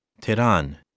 Tehran